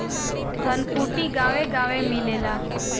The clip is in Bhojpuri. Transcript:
धनकुट्टी गांवे गांवे मिलेला